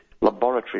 Laboratory